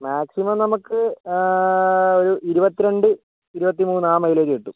maximum നമുക്ക് ഒരു ഇരുപത്തിരണ്ട് ഇരുപത്തിമൂന്ന് ആ മൈലേജ് കിട്ടും